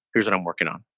here's what i'm working on.